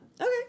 okay